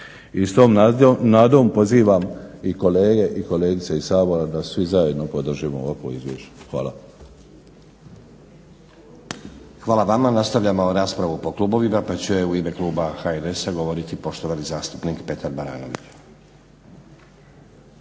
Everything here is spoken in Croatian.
I s tom nadom pozivam i kolege i kolegice iz Sabora da svi zajedno podržimo ovakvo izvješće. Hvala vam. **Stazić, Nenad (SDP)** Hvala vama. Nastavljamo raspravu po kubovima. Pa će u ime kluba HNS-a govoriti poštovani zastupnik Petar Baranović.